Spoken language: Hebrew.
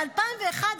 ב-2001,